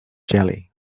jelly